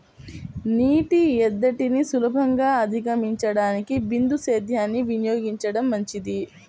నీటి ఎద్దడిని సులభంగా అధిగమించడానికి బిందు సేద్యాన్ని వినియోగించడం మంచిది